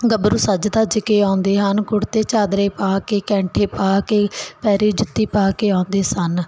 ਗੱਬਰੂ ਸੱਜ ਧੱਜ ਕੇ ਆਉਂਦੇ ਹਨ ਕੁੜਤੇ ਚਾਦਰੇ ਪਾ ਕੇ ਕੈਂਠੇ ਪਾ ਕੇ ਪਹਿਰੇ ਜੁੱਤੀ ਪਾ ਕੇ ਆਉਂਦੇ ਸਨ